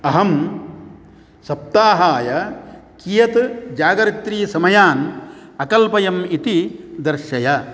अहं सप्ताहाय कियत् जागरित्रीसमयान् अकल्पयम् इति दर्शय